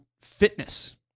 fitness